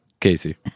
Casey